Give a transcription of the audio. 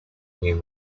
new